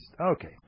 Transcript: Okay